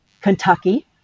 Kentucky